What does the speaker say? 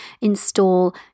install